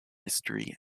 history